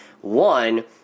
One